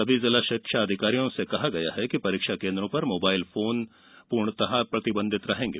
सभी जिला शिक्षा अधिकारियों से कहा गया है कि परीक्षा केन्द्रों पर मोबाइल फोन पूर्णतः प्रतिबंधित रहेंगे